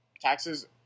taxes